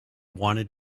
wanted